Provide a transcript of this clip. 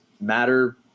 matter